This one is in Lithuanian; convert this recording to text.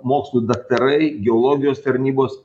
mokslų daktarai geologijos tarnybos